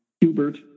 Hubert